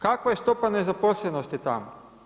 Kakva je stopa nezaposlenosti tamo?